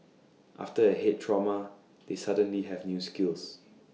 after A Head trauma they suddenly have new skills